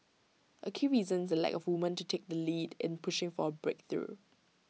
A key reason is the lack of women to take the lead in pushing for A breakthrough